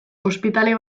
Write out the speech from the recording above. ospitale